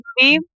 movie